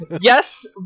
Yes